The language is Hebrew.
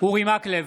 אורי מקלב,